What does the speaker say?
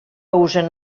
usen